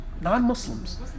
Non-Muslims